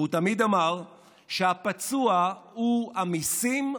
יונהג על ידי אדם שלא רואה ממטר מישהו שחושב שונה